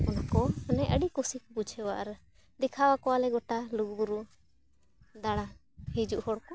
ᱚᱱᱟᱠᱚ ᱚᱱᱮ ᱟᱹᱰᱤ ᱠᱩᱥᱤᱧ ᱵᱩᱡᱷᱟᱹᱣᱟ ᱟᱨ ᱫᱮᱠᱷᱟᱣ ᱟᱠᱚᱣᱟᱞᱮ ᱜᱚᱴᱟ ᱞᱩᱜᱩ ᱵᱩᱨᱩ ᱫᱟᱬᱟ ᱦᱤᱡᱩᱜ ᱦᱚᱲ ᱠᱚ